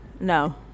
No